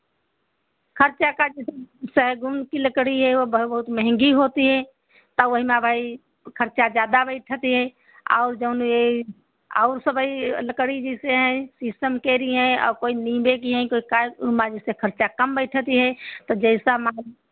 खर्चा का जैसे सहेगून की लकड़ी है वह बहुत महंगी होती है तौ वही मा अबही खर्चा ज़्यादा बैठति है और जऊन ये और सबही लकड़ी जैसे हैं शीशम कैरी हैं और कोई नीम्बे की हैं कोई कार उहमा जैसे खर्चा कम बैठति है तो जैसा माल